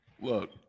look